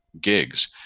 gigs